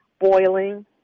boiling